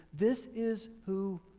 this is who